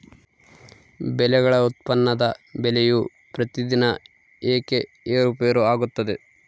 ಬೆಳೆಗಳ ಉತ್ಪನ್ನದ ಬೆಲೆಯು ಪ್ರತಿದಿನ ಏಕೆ ಏರುಪೇರು ಆಗುತ್ತದೆ?